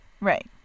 Right